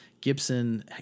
Gibson